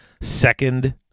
second